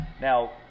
Now